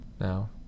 Now